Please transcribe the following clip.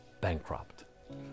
bankrupt